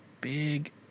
big